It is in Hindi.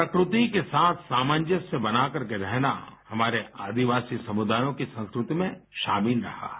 प्रकृति के साथ सामंजस्य बनाकर के रहना हमारे आदिवासी समुदायों की संस्कृति में शामिल रहा है